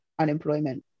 unemployment